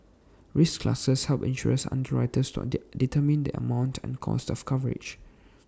risk classes help insurance underwriters to determine the amount and cost of coverage